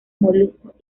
moluscos